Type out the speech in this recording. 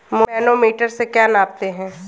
Manometer से क्या नापते हैं?